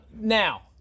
Now